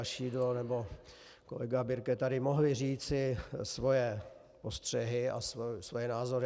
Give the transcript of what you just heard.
Šidlo nebo kolega Birke tady mohli říci svoje postřehy a svoje názory.